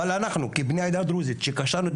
אבל אנחנו כבני העדה הדרוזית שקשרנו את